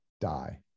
die